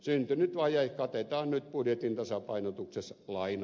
syntynyt vaje katetaan nyt budjetin tasapainotuksessa vain